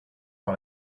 par